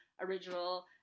original